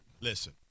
Listen